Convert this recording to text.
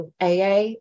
AA